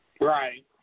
Right